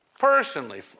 Personally